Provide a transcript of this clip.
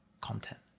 content